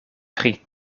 pri